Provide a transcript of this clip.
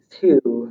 two